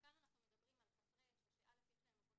כאן הצילום הוא יותר